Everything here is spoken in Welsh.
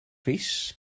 rees